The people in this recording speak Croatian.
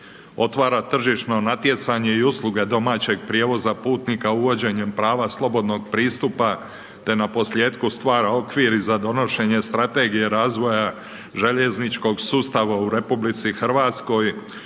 otvara tržišno natjecanje i usluge domaćeg prijevoza putnika uvođenjem prava slobodnog pristupa te na posljetku stvara okvir i za donošenje Strategije razvoja željezničkog sustava u Republici Hrvatskoj,